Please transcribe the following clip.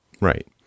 right